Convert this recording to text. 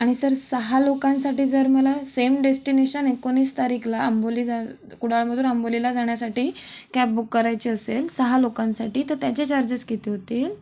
आणि सर सहा लोकांसाठी जर मला सेम डेस्टिनेशन एकोणीस तारीखला आंबोली जा कुडाळमधून आंबोलीला जाण्यासाठी कॅब बुक करायची असेल सहा लोकांसाठी तर त्याचे चार्जेस किती होतील